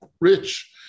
rich